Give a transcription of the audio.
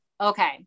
Okay